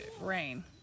rain